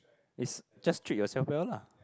it's just treat yourself well lah